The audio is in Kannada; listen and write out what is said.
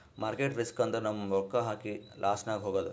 ಮಾರ್ಕೆಟ್ ರಿಸ್ಕ್ ಅಂದುರ್ ನಮ್ ರೊಕ್ಕಾ ಹಾಕಿ ಲಾಸ್ನಾಗ್ ಹೋಗದ್